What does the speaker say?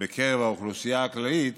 בקרב האוכלוסייה הכללית